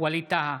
ווליד טאהא,